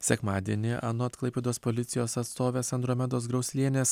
sekmadienį anot klaipėdos policijos atstovės andromedos grauslienės